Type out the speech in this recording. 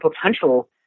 potential